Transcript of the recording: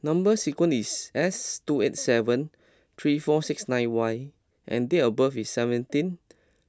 number sequence is S two eight seven three four six nine Y and date of birth is seventeen